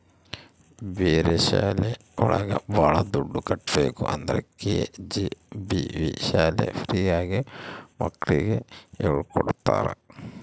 ಬೇರೆ ಶಾಲೆ ಒಳಗ ಭಾಳ ದುಡ್ಡು ಕಟ್ಬೇಕು ಆದ್ರೆ ಕೆ.ಜಿ.ಬಿ.ವಿ ಶಾಲೆ ಫ್ರೀ ಆಗಿ ಮಕ್ಳಿಗೆ ಹೇಳ್ಕೊಡ್ತರ